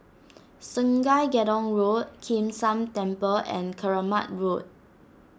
Sungei Gedong Road Kim San Temple and Keramat Road